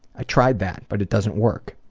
i tried that, but it doesn't work.